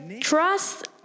Trust